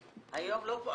היום לא פה.